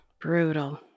Brutal